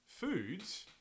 Foods